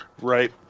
Right